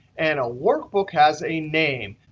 and a workbook has a name.